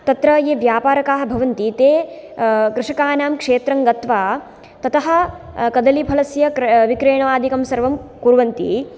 तत्र ये व्यापारकाः भवन्ति ते कृषकाणां क्षेत्रं गत्वा ततः कदलीफलस्य क्रय विक्रयणाधिकं सर्वं कुर्वन्ति